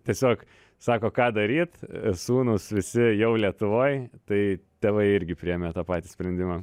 tiesiog sako ką daryt sūnūs visi jau lietuvoj tai tėvai irgi priėmė tą patį sprendimą